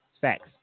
facts